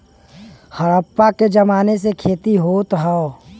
हड़प्पा के जमाने से खेती होत हौ